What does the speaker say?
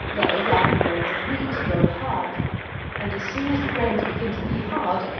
they, like the grains of wheat, grow hard and as soon as the grains begin to be hard,